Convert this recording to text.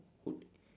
would